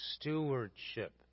stewardship